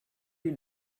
you